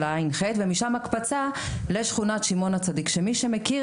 של הע״ח ומשם הקפצה נוספת לשכונת שמעון הצדיק ומי שמכיר